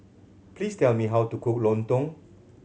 please tell me how to cook lontong